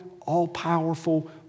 all-powerful